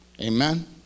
Amen